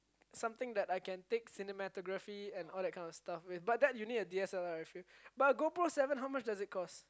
something that I can take cinematography and all that kind of stuff with but that you need a D_S_L_R I feel but GoPro seller how much does it cost